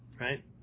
right